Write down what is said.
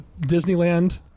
Disneyland